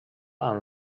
amb